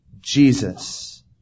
Jesus